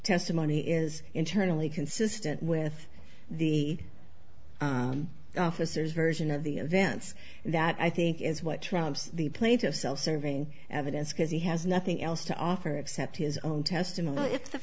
testimony is internally consistent with the officers version of the events that i think is what trumps the plaintiff self serving evidence because he has nothing else to offer except his own testimony i